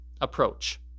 approach